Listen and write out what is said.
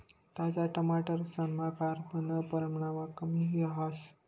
ताजा टमाटरसमा carbon परमाण कमी रहास